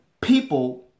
people